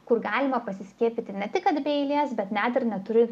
kur galima pasiskiepyti ne tik kad be eilės bet net ir neturint